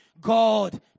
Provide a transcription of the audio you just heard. God